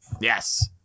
Yes